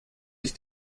ich